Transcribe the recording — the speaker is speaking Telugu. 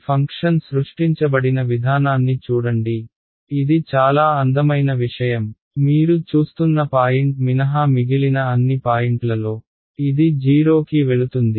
ఈ ఫంక్షన్ సృష్టించబడిన విధానాన్ని చూడండి ఇది చాలా అందమైన విషయం మీరు చూస్తున్న పాయింట్ మినహా మిగిలిన అన్ని పాయింట్లలో ఇది 0 కి వెళుతుంది